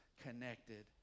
connected